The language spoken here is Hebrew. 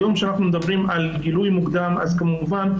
היום כשאנחנו מדברים על גילוי מוקדם אז כמובן,